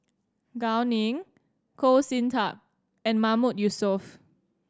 Gao Ning Goh Sin Tub and Mahmood Yusof